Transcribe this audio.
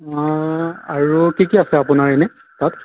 আৰু কি কি আছে আপোনাৰ এনে তাত